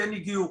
כן הגיעו,